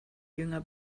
jünger